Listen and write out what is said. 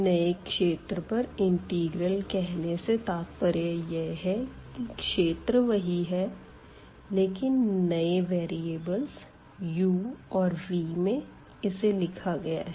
नए क्षेत्र पर इंटिग्रल कहने से तात्पर्य यह है कि क्षेत्र वही है लेकिन नए वेरीअबल u और vमें इसे लिखा गया है